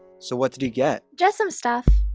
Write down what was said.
so what did you get? just some stuff.